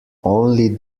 only